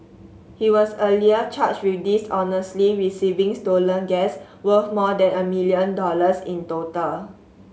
he was earlier charged with dishonestly receiving stolen gas worth more than a million dollars in total